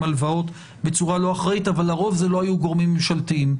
הלוואות בצורה לא אחראית אבל לרוב אלה לא היו גורמים ממשלתיים.